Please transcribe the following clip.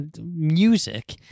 music